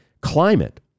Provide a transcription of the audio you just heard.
climate